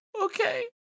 Okay